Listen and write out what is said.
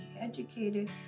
educated